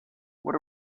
what